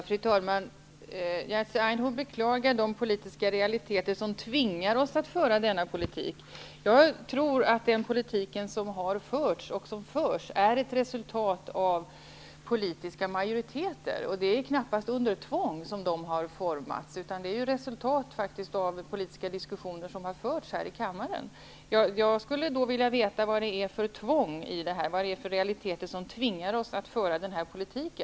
Fru talman! Jerzy Einhorn beklagar de politiska realiteter som tvingar oss att föra denna politik. Jag tror att den politiken som har förts och som förs är ett resultat av politiska majoriteter. Det är knappast under tvång som de har formats. De är resultat av politiska diskussioner som har förts i kammaren. Jag skulle vilja veta vad det är för realiteter som tvingar oss att föra denna politik.